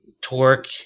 torque